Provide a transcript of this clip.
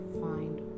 find